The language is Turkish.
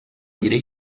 biri